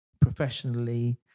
professionally